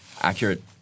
accurate